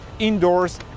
Indoors